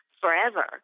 forever